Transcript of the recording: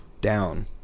down